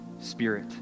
spirit